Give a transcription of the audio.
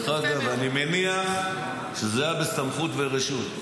דרך אגב, אני מניח שזה היה בסמכות וברשות.